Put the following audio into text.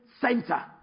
center